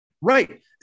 right